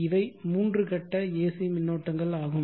இவை மூன்று கட்ட AC மின்னோட்டங்கள் ஆகும்